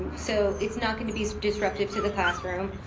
um so it's not gonna be disruptive to the classroom.